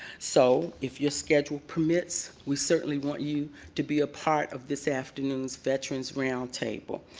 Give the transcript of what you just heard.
so if your schedule permits, we certainly want you to be part of this afternoon's veterans round table.